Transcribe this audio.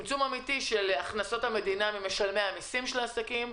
הכנסות מדינה ממשלמי המסים של העסקים,